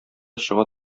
чыга